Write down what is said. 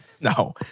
No